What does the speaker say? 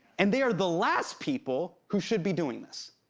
and they are the last people who should be doing this.